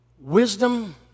wisdom